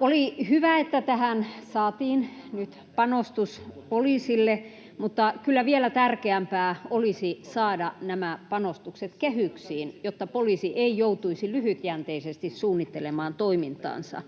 Oli hyvä, että tähän saatiin nyt panostus poliisille, mutta kyllä vielä tärkeämpää olisi saada nämä panostukset kehyksiin, jotta poliisi ei joutuisi lyhytjänteisesti suunnittelemaan toimintaansa.